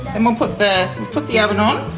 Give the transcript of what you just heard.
and we'll put the put the oven um